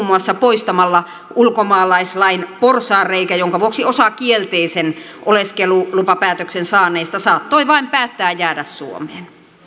muassa poistamalla ulkomaalaislain porsaanreikä jonka vuoksi osa kielteisen oleskelulupapäätöksen saaneista saattoi vain päättää jäädä suomeen